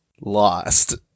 lost